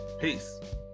peace